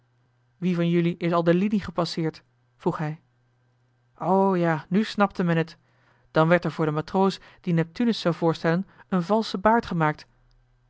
wie van jelui is al de linie gepasseerd vroeg hij o ja nu snapte men het dan werd er voor den matroos die neptunus zou voorstellen een valsche baard gemaakt